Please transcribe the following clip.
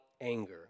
anger